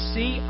See